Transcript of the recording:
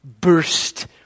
burst